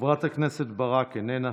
חברת הכנסת ברק, איננה.